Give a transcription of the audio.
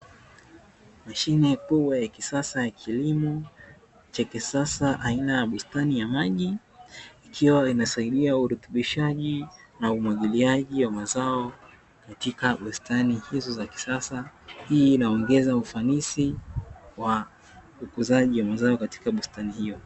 Mashine kubwa ya kisasa ya kilimo cha kisasa aina ya bustani ya maji, ikiwa imesaidia uruthibishaji na umwagiliaji wa mazao katika bustani hizo za kisasa, hii inaongeza ufanisi wa ukuzaji wa mazao katika bustani hiyo.